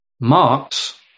Marx